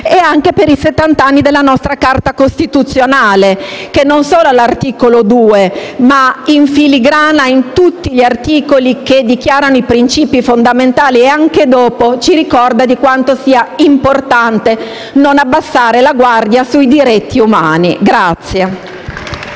1948), e i settant'anni della nostra Carta costituzionale, che non solo all'articolo 2 ma - in filigrana - in tutti gli articoli che dichiarano i princìpi fondamentali e anche in quelli successivi, ci ricorda di quanto sia importante non abbassare la guardia sui diritti umani.